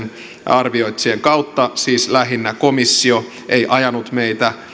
arvioitsijoiden kautta siis lähinnä komissio ei ajanut meitä